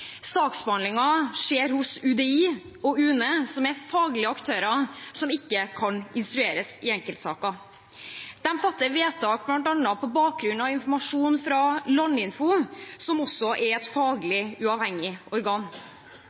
skjer hos UDI og UNE, som er faglige aktører som ikke kan instrueres i enkeltsaker. De fatter vedtak, bl.a. på bakgrunn av informasjon fra Landinfo, som også er et faglig uavhengig organ.